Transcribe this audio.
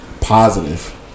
positive